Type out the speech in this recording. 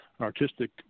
artistic